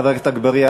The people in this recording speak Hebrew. חבר הכנסת אגבאריה,